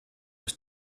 was